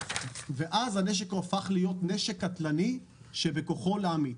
ואז הנשק הופך להיות נשק קטלני שבכוחו להמית.